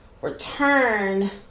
return